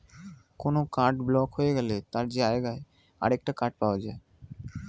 কোনো card block হয়ে গেলে তার জায়গায় আরেকটা কার্ড পাওয়া যায়